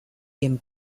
dem